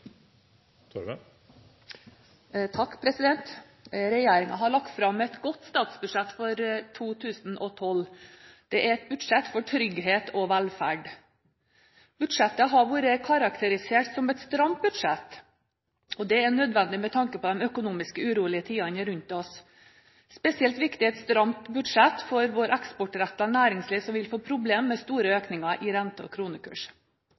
har lagt fram et godt statsbudsjett for 2012. Det er et budsjett for trygghet og velferd. Budsjettet har vært karakterisert som et stramt budsjett. Det er nødvendig med tanke på de økonomisk urolige tidene rundt oss. Spesielt viktig er et stramt budsjett for vårt eksportrettede næringsliv som vil få problemer med store økninger i rente og kronekurs.